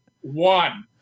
one